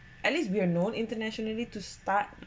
at least we're known internationally to start